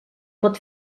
pot